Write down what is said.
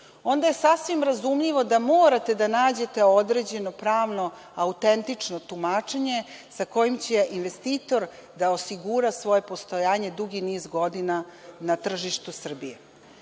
onda je sasvim razumljivo da morate da nađete određeno pravno autentično tumačenje sa kojim će investitor da osigura svoje postojanje dugi niz godina na tržištu Srbije.